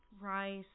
rice